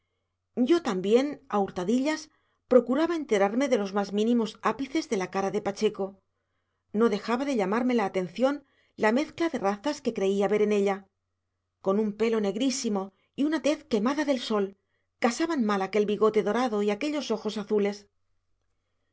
yo también a hurtadillas procuraba enterarme de los más mínimos ápices de la cara de pacheco no dejaba de llamarme la atención la mezcla de razas que creía ver en ella con un pelo negrísimo y una tez quemada del sol casaban mal aquel bigote dorado y aquellos ojos azules